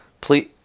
please